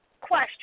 question